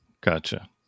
Gotcha